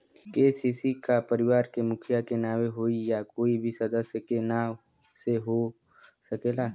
KCC का परिवार के मुखिया के नावे होई या कोई भी सदस्य के नाव से हो सकेला?